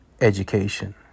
education